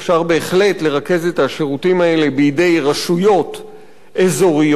אפשר בהחלט לרכז את השירותים האלה בידי רשויות אזוריות,